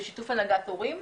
בשיתוף הנהגת הורים.